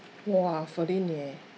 !wah! fourteen leh